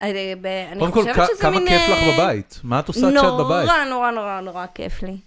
אני חושבת שזה מין... -קודם כל, כמה כיף לך בבית, מה את עושה כשאת בבית? נורא, נורא, נורא, נורא כיף לי.